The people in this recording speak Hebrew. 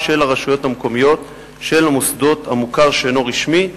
הרשויות המקומיות של מוסדות המוכר שאינו רשמי,